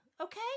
okay